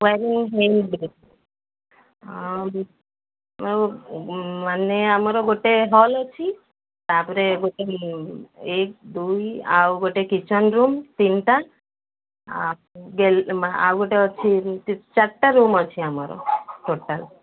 wiring ହୋଇନି କେଭେ ଆମର ଗୋଟେ ହଲ୍ ଅଛି ତାପରେ ଗୋଟେ ଏକ ଦୁଇ ଆଉ ଗୋଟେ କିଚେନ୍ ରୁମ୍ ତିନିଟା ଆଉ ଗୋଟେ ଅଛି ଚାରିଟା ରୁମ୍ ଅଛି ଆମର ଟୋଟାଲ